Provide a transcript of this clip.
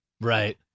right